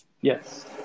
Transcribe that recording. Yes